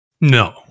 No